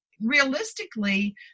realistically